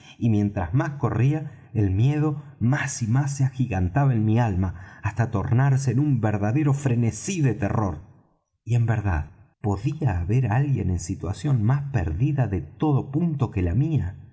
y mientras más corría el miedo más y más se agigantaba en mi alma hasta tornarse en un verdadero frenesí de terror y en verdad podía haber alguien en situación más perdida de todo punto que la mía